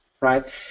right